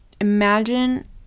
Imagine